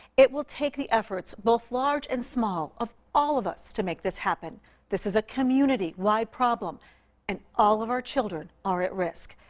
it will take the efforts, both large and small, of all of us to make this happen this is a community wide problem and all of our children are at risk.